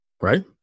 right